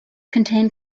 contain